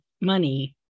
money